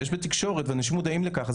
יש בתקשורת ואנשים מודעים לכך.